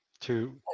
to-